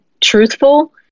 truthful